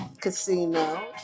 casino